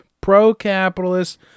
pro-capitalist